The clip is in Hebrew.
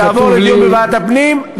היא תעבור לדיון בוועדת הפנים,